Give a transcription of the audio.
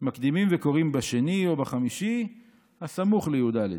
מקדימין וקוראין בשני או בחמישי הסמוך לי"ד.